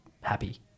Happy